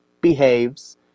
behaves